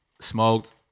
smoked